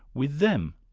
with them.